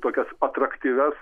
tokias atraktyvias